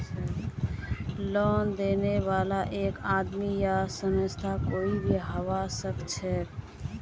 loan देने बाला एक आदमी या संस्था कोई भी हबा सखछेक